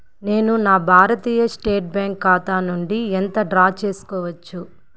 నేను నా Bharatiya state bank ఖాతా నుండి ఎంత డ్రా చేసుకోవచ్చు